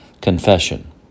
Confession